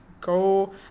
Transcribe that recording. go